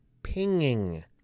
pinging